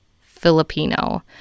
Filipino